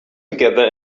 together